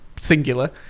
Singular